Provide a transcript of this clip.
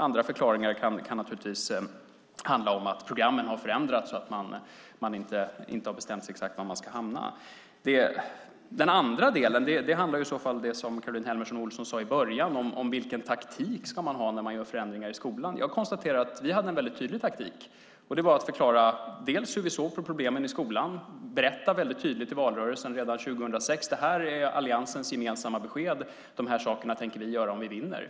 Andra förklaringar kan handla om att programmen har förändrats och att man inte har bestämt sig exakt var man ska hamna. När det gäller det som Caroline Helmersson Olsson sade i början om vilken taktik man ska ha när man gör förändringar i skolan kan jag konstatera att vi hade en väldigt tydlig taktik, och den var att förklara hur vi såg på problemen i skolan. Vi berättade väldigt tydligt redan i valrörelsen 2006 vad som var Alliansen gemensamma besked och vilka saker vi tänkte göra om vi vann.